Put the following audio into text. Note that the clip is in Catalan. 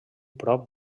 prop